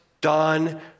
done